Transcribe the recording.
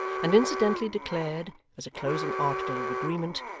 and incidentally declared as a closing article of agreement,